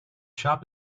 shop